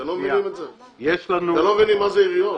אתם לא מבינים מה זה עיריות?